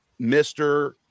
Mr